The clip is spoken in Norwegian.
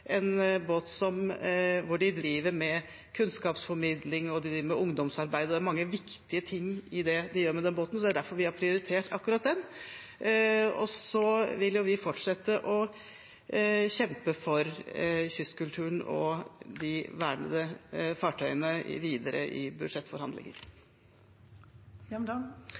en båt hvor de driver med kunnskapsformidling, ungdomsarbeid og mange viktige ting i det de gjør med den båten, så det er derfor vi har prioritert akkurat den. Vi vil fortsette å kjempe for kystkulturen og de vernede fartøyene i budsjettforhandlinger